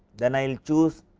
then i will choose